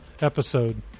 episode